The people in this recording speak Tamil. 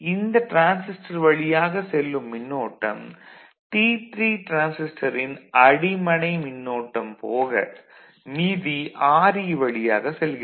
இந்த டிரான்சிஸ்டர் வழியாக செல்லும் மின்னோட்டம் T3 டிரான்சிஸ்டரின் அடிமனை மின்னோட்டம் போக மீதி Re வழியாக செல்கிறது